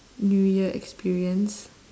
new year experience